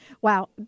Wow